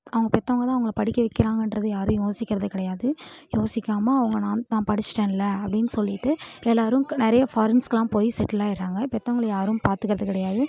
அவங்க பெற்றவங்க தான் அவங்களை படிக்க வைக்கிறாங்கன்றதை யாரும் யோசிக்கிறதே கிடையாது யோசிக்காமல் அவங்க நான் நான் படிச்சிட்டேன்ல அப்படினு சொல்லிவிட்டு எல்லோரும் நிறைய ஃபாரின்ஸ்க்கெலாம் போய் செட்டில் ஆயிடறாங்க பெற்றவங்களை யாரும் பார்த்துக்கிறது கிடையாது